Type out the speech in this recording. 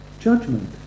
judgment